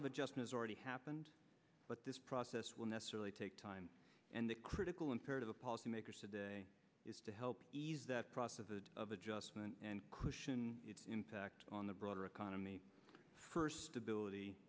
of adjustments already happened but this process will necessarily take time and the critical imperative of policymakers today is to help ease that process of adjustment and cushion its impact on the broader economy first ability